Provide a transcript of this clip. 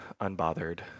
unbothered